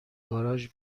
گاراژ